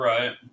Right